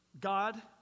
God